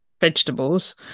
vegetables